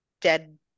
dead